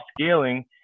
scaling